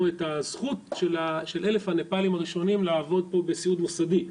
את הזכות של 1,000 הנפאלים הראשונים לעבוד פה בסיעוד מוסדי.